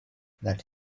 that